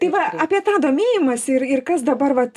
tai va apie tą domėjimąsi ir ir kas dabar vat